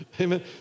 amen